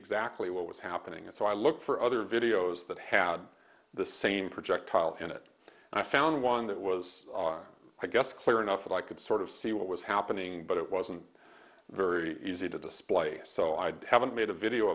exactly what was happening and so i looked for other videos that had the same projectile in it and i found one that was i guess clear enough that i could sort of see what was happening but it wasn't very easy to display so i'd haven't made a video